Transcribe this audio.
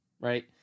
right